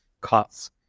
costs